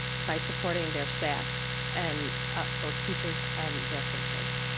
by supporting their staff and both teachers and their coaches.